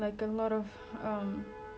a lot of burning and everything generally